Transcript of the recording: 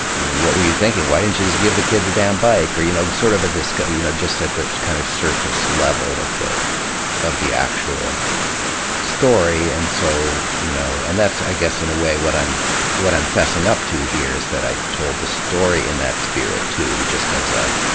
what were you thinking, why didn't you just give the kid the damn bike? you know, sort of a, you know just at the kind of surface level of the of the actual story. and so, you know and that's i guess in a way what i'm what i'm fessing up to here is that i told the story in that spirit, too, just as a,